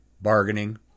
bargaining